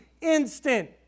instant